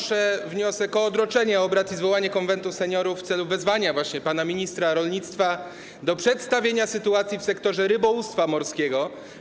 Składam wniosek o odroczenie obrad i zwołanie Konwentu Seniorów w celu wezwania właśnie pana ministra rolnictwa do przedstawienia sytuacji w sektorze rybołówstwa morskiego.